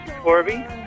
Corby